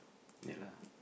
ya lah